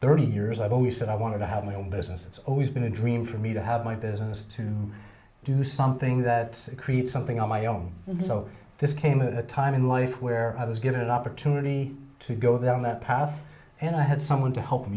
thirty years i've always said i want to have my own business it's always been a dream for me to have my business to do something that creates something of my own so this came at a time in my life where i was given an opportunity to go down that path and i had someone to help